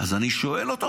אז אני שואל אותו,